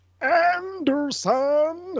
anderson